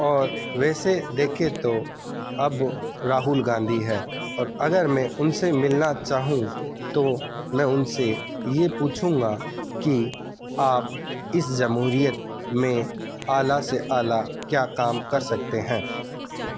اور ویسے دیکھیں تو اب راہل گاندھی ہے اور اگر میں ان سے ملنا چاہوں تو میں ان سے یہ پوچھوں گا کہ آپ اس جمہوریت میں اعلیٰ سے اعلیٰ کیا کام کر سکتے ہیں